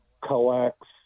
coax